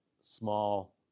small